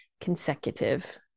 consecutive